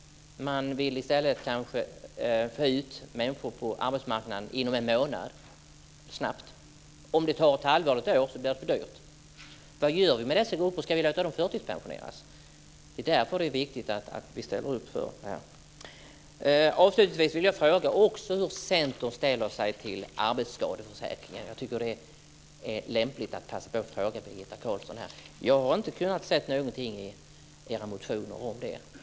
Man vill i stället kanske få ut människor på arbetsmarknaden snabbt - inom en månad. Om det tar ett halvår eller ett år blir det för dyrt. Vad gör vi med dessa grupper? Ska vi låta dem förtidspensioneras? Det är viktigt att vi ställer upp för detta. Avslutningsvis vill jag fråga hur Centern ställer sig till arbetsskadeförsäkringen. Jag tycker att det är lämpligt att passa på att fråga Birgitta Carlsson här. Jag har inte kunnat se någonting i era motioner om det.